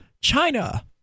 China